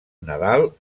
nadal